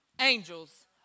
angels